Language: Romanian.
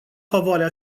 favoarea